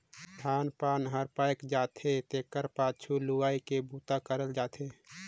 धान पान हर पायक जाथे तेखर पाछू लुवई के बूता करल जाथे